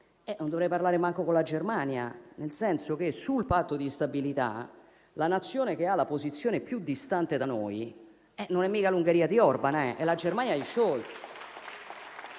non dovrei parlare nemmeno con la Germania. Nel senso che sul Patto di stabilità la Nazione che ha la posizione più distante da noi non è mica l'Ungheria di Orban, è la Germania di Scholz.